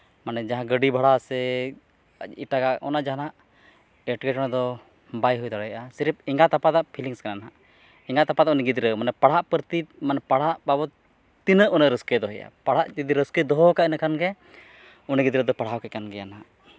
ᱢᱟᱱᱮ ᱡᱟᱦᱟᱸ ᱜᱟᱹᱰᱤ ᱵᱷᱟᱲᱟ ᱥᱮ ᱮᱴᱟᱜᱟᱜ ᱚᱱᱟ ᱡᱟᱦᱟᱱᱟᱜ ᱮᱸᱴᱠᱮᱴᱚᱬᱮ ᱫᱚ ᱵᱟᱭ ᱦᱩᱭ ᱫᱟᱲᱮᱭᱟᱜᱼᱟ ᱥᱨᱮᱯᱷ ᱮᱸᱜᱟᱛ ᱟᱯᱟᱛᱟᱜ ᱯᱷᱤᱞᱤᱝᱥ ᱠᱟᱱᱟ ᱮᱸᱜᱟᱛ ᱟᱯᱟᱛ ᱨᱮᱱ ᱜᱤᱫᱽᱨᱟᱹ ᱢᱟᱱᱮ ᱯᱟᱲᱦᱟᱜ ᱯᱨᱚᱛᱤ ᱢᱟᱱᱮ ᱯᱟᱲᱦᱟᱜ ᱵᱟᱵᱚᱫ ᱛᱤᱱᱟᱹᱜ ᱩᱱᱤ ᱨᱟᱹᱥᱠᱟᱹᱭ ᱫᱚᱦᱚᱭᱮᱭᱟ ᱯᱟᱲᱦᱟᱜ ᱡᱩᱫᱤ ᱨᱟᱹᱥᱠᱟᱹ ᱫᱚᱦᱚᱠᱟᱜᱼᱟ ᱮᱸᱰᱮᱠᱷᱟᱱᱟᱜᱮ ᱩᱱᱤ ᱜᱤᱫᱽᱨᱟᱹ ᱫᱚ ᱯᱟᱲᱦᱟᱜᱼᱮ ᱜᱟᱱᱜᱮᱭᱟ ᱦᱟᱸᱜ